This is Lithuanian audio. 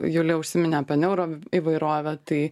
julija užsiminė apie neuro įvairovę tai